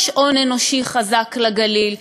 יש הון אנושי חזק לגליל.